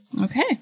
Okay